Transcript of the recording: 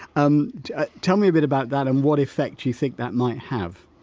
um tell me a bit about that and what effect you think that might have